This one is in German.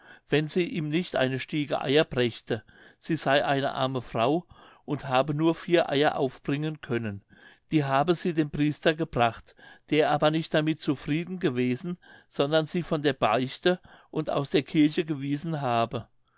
wenn sie ihm nicht eine stiege eier brächte sie sey eine arme frau und habe nur vier eier aufbringen können die habe sie dem priester gebracht der aber nicht damit zufrieden gewesen sondern sie von der beichte und aus der kirche gewiesen habe